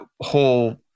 whole